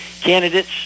candidates